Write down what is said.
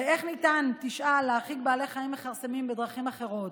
תשאל: ואיך ניתן להרחיק בעלי חיים מכרסמים בדרכים אחרות?